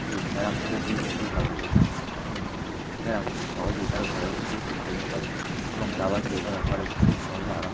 যে ক্যারাম তাদের খেলতে খুবই ভালো লেগে থাকে এবং ক্যারাম খুব সহজেই তারা ঘরে বসে বসেই খেলতে পারে এবং দাবাটিও তারা ঘরে বসে খুব সহজে আরাম